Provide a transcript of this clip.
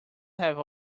have